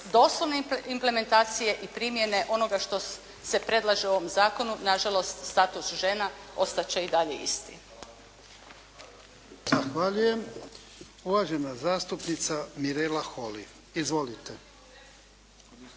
doslovne implementacije i primjene onoga što se predlaže u ovom zakonu nažalost status žena ostat će i dalje isti. **Jarnjak, Ivan (HDZ)** Zahvaljujem. Uvažena zastupnica Mirela Holy. Izvolite.